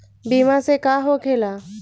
बीमा से का होखेला?